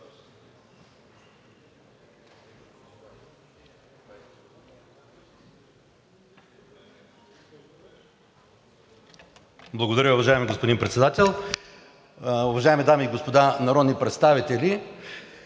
Благодаря, уважаеми господин Председател. Уважаеми дами и господа народни представители!